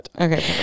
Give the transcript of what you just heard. Okay